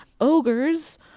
ogres